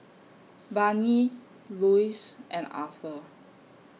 Barnie Luz and Arthur